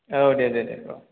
औ दे दे दे औ